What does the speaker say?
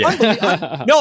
no